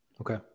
Okay